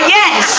yes